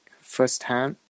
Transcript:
firsthand